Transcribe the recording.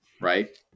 right